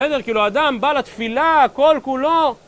בסדר? כאילו אדם בא לתפילה כל כולו...